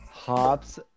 Hops